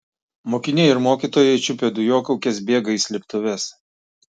mokiniai ir mokytojai čiupę dujokaukes bėga į slėptuves